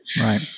Right